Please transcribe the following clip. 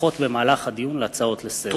הופכות במהלך הדיון להצעות לסדר-היום.